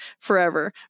forever